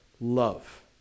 love